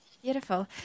Beautiful